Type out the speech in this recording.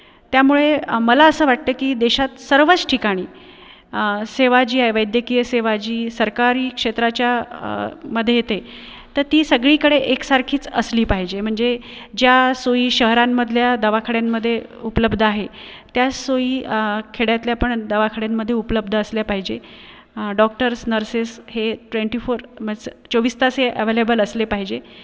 त्यामुळे मला असं वाटतं की देशात सर्वच ठिकाणी सेवा जी आहे वैद्यकीय सेवा जी सरकारी क्षेत्राच्या मध्ये येते तर ती सगळीकडे एकसारखीच असली पाहिजे म्हणजे ज्या सोयी शहरांमधल्या दवाखान्यांमधे उपलब्ध आहे त्याच सोयी खेड्यातल्या पण दवाखान्यांमध्ये उपलब्ध असल्या पाहिजे डॉक्टर्स नर्सेस हे ट्वेंटी फोर म्हज चोवीस तास हे अवेलेबल असले पाहिजे